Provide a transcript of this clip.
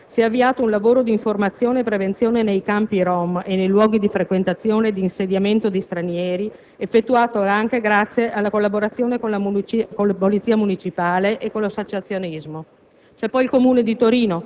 Sempre nella capitale, si è avviato un lavoro di informazione e prevenzione nei campi rom e nei luoghi di frequentazione ed insediamento di stranieri, effettuato anche grazie alla quotidiana collaborazione con la Polizia municipale e con l'associazionismo.